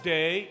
Day